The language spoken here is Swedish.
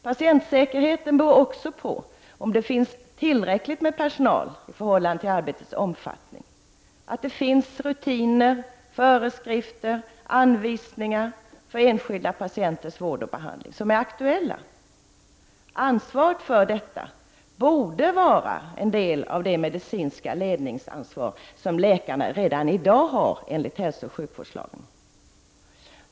Patientsäkerheten beror också på om det finns tillräckligt med personal i förhållande till arbetets omfattning och att det finns rutiner, föreskrifter och anvisningar för enskilda patienters vård och behandling som är aktuella. Ansvaret för dessa frågor borde vara en del av det medicinska ledningsansvar som läkarna redan i dag har enligt hälsooch sjukvårdslagen.